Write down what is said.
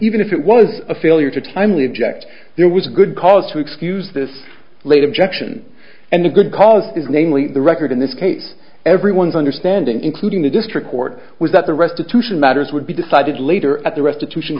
even if it was a failure to timely object there was a good cause to excuse this late objection and a good cause is namely the record in this case everyone's understanding including the district court was that the restitution matters would be decided later at the restitution